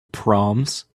proms